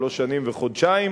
שלוש שנים וחודשיים,